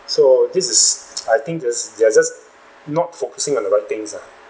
so this is I think just they are just not focusing on the right things lah